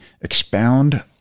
expound